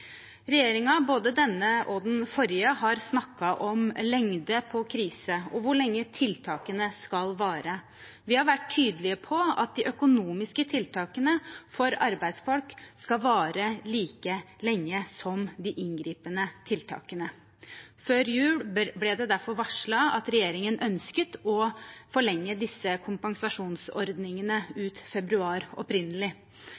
både denne og den forrige, har snakket om lengde på krisen og hvor lenge tiltakene skal vare. Vi har vært tydelige på at de økonomiske tiltakene for arbeidsfolk skal vare like lenge som de inngripende tiltakene. Før jul ble det derfor varslet at regjeringen ønsket å forlenge disse kompensasjonsordningene